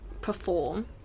perform